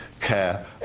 care